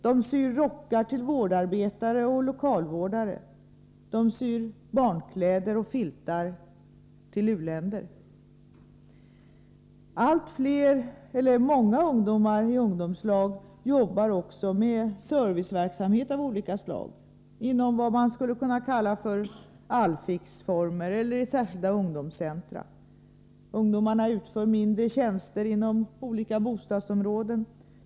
De syr rockar åt vårdarbetare och lokalvårdare. De syr barnkläder och filtar till u-länderna. Många ungdomar i ungdomslagen jobbar även med serviceverksamhet av olika slag i vad man skulle kunna kalla för all-fix-form eller i särskilda ungdomscentra. Ungdomarna utför mindre tjänster inom olika bostadsområden.